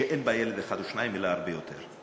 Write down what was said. שאין בה ילד אחד או שניים, אלא הרבה יותר,